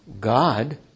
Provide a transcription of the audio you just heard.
God